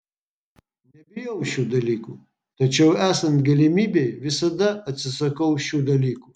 nebijau šių dalykų tačiau esant galimybei visada atsisakau šių dalykų